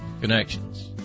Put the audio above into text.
connections